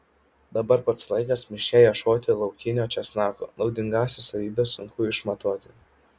dabar pats laikas miške ieškoti laukinio česnako naudingąsias savybes sunku išmatuoti